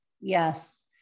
Yes